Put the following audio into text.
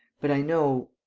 but i know.